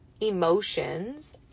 emotions